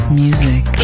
music